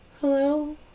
Hello